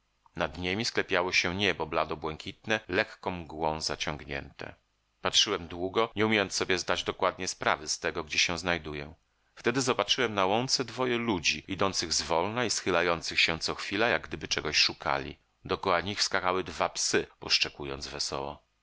nad niemi sklepiało się niebo blado błękitne lekką mgłą zaciągnięte patrzyłem długo nie umiejąc sobie zdać dokładnie sprawy z tego gdzie się znajduję wtedy zobaczyłem na łące dwoje ludzi idących zwolna i schylających się co chwila jak gdyby czegoś szukali dokoła nich skakały dwa psy poszczekując wesoło